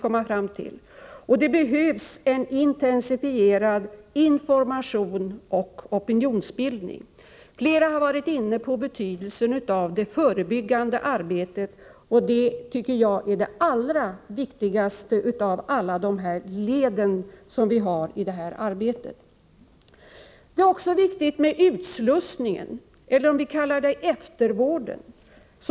Och det behövs en intensifierad information och opinionsbildning. Flera har varit inne på betydelsen av det förebyggande arbetet, och jag tycker att det är det allra viktigaste av alla de led som verksamheten på detta område består av. Det är också viktigt med utslussningen, eller om vi nu kallar det för eftervården.